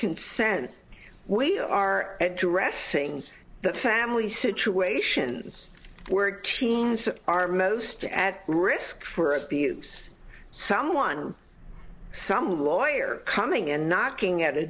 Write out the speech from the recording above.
consent we are addressing the family situations where teens are most at risk for abuse someone some lawyer coming and knocking at